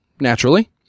naturally